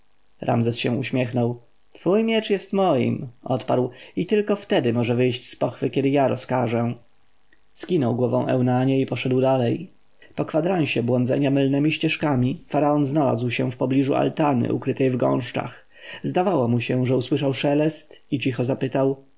ramzes się uśmiechnął twój miecz jest moim odparł i tylko wtedy może wyjść z pochwy kiedy ja rozkażę skinął głową eunanie i poszedł dalej po kwadransie błądzenia mylnemi ścieżkami faraon znalazł się wpobliżu altany ukrytej w gąszczach zdawało mu się że usłyszał szelest i cicho zapytał